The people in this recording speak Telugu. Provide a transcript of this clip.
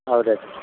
అవునండి